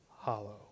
hollow